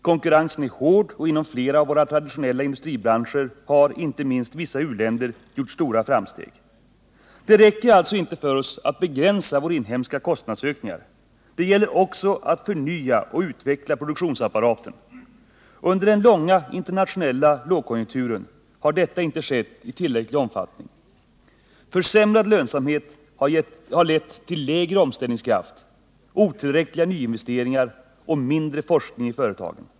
Konkurrensen är hård, och inom flera av våra traditionella industribranscher har inte minst vissa uländer gjort stora framsteg. Det räcker alltså inte för oss att begränsa våra inhemska kostnadsökningar. Det gäller också att förnya och utveckla produktionsapparaten. Under den långa internationella lågkonjunkturen har detta inte skett i tillräcklig omfattning. Försämrad lönsamhet har lett till lägre omställningskraft, otillräckliga nyinvesteringar och mindre forskning i företagen.